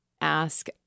ask